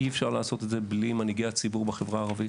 אי אפשר לעשות את זה בלי מנהיגי הציבור בחברה הערבית,